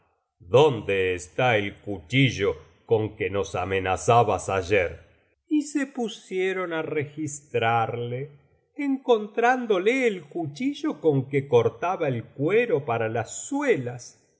dónde está el cuchillo con que nos amenazabas ayer y se pusieron á registrarle encontrándole el cuchillo con que cortaba el cuero para las suelas